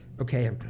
okay